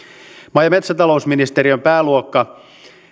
maa ja metsätalousministeriön pääluokka